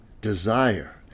desire